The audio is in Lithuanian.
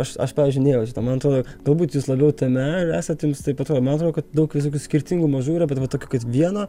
aš aš pavyzdžiui nejaučiu šito man atrodo galbūt jūs labiau tame esat taip atrodo man atrodo kad daug visokių skirtingų mažų yra bet va tokio kad vieno